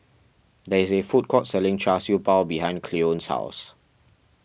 there is a food court selling Char Siew Bao behind Cleone's house